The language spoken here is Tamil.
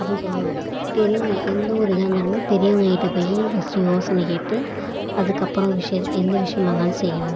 அப்படின்னு சொல்லுவாங்க பெரியவங்க எந்த ஒரு இதாக இருந்தாலும் பெரியவங்கக்கிட்ட போய் ஃபஸ்ட்டு யோசனை கேட்டு அதுக்கப்புறம் விஷயம் எந்த விஷயமாக இருந்தாலும் செய்யணும்